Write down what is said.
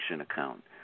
account